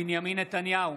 בנימין נתניהו,